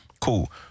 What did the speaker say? Cool